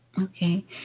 Okay